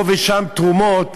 פה ושם תרומות,